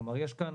כלומר יש כאן